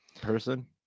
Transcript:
person